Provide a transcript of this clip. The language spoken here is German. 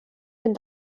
den